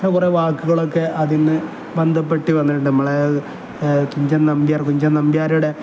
കുറേ വാക്കുകളൊക്കെ അതിൽ നിന്ന് ബന്ധപ്പെട്ട് വന്നിട്ടുണ്ട് നമ്മളെ കുഞ്ചൻ നമ്പ്യർ കുഞ്ചൻ നമ്പ്യാരുടെ